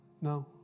No